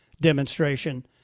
demonstration